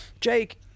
Jake